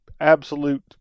absolute